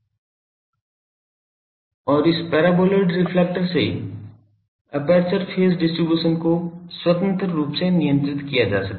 और इस paraboloid reflector से एपर्चर फेज डिस्ट्रीब्यूशन को स्वतंत्र रूप से नियंत्रित किया जा सकता है